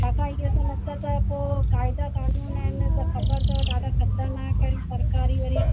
छाकाणि ईअं त न त पोइ क़ाइदा कानून आहिनि सभु ख़बर अथव ॾाढा खतरनाकु आहिनि सरकारी वरी